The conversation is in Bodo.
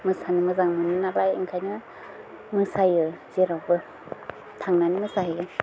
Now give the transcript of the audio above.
मोसानो मोजां मोनो नालाय ओंखायनो मोसायो जेरावबो थांनानै मोसाहैयो